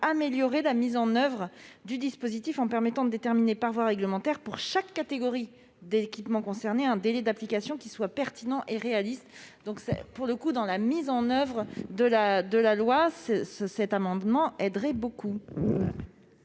améliorer la mise en oeuvre du dispositif, en permettant de déterminer par voie réglementaire, pour chaque catégorie d'équipement concernée, un délai d'application qui soit pertinent et réaliste. Cela nous aiderait beaucoup dans la mise en oeuvre de la loi AGEC. Je mets aux